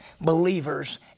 believers